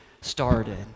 started